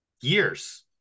Years